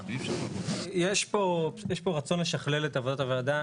יש פה רצון לשכלל את עבודת הוועדה.